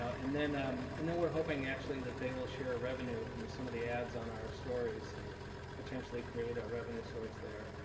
so and um and then we're hoping, actually, that they will share revenue from some of the ads on our stories and potentially create a revenue source there.